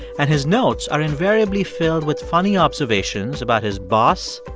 and his notes are invariably filled with funny observations about his boss,